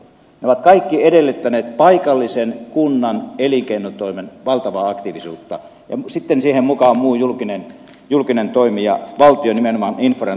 ne ovat kaikki edellyttäneet paikallisen kunnan elinkeinotoimen valtavaa aktiivisuutta ja sitten siihen on tullut mukaan muu julkinen toimija valtio nimenomaan infran liikenneyhteyksien rakentamisessa